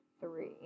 three